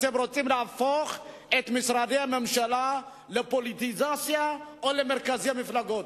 אתם רוצים פוליטיזציה במשרדי הממשלה ולהפוך אותם למרכזי מפלגות,